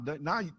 now